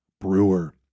brewer